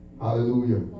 Hallelujah